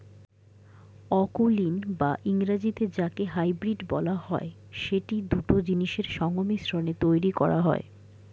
অকুলীন বা ইংরেজিতে যাকে হাইব্রিড বলা হয়, সেটি দুটো জিনিসের সংমিশ্রণে তৈরী করা হয়